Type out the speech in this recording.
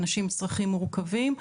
אנשים עם צרכים מורכבים,